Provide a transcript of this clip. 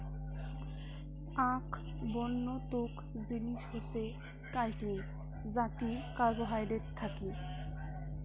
আক বন্য তুক জিনিস হসে কাইটিন যাতি কার্বোহাইড্রেট থাকি